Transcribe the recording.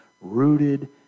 rooted